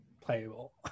playable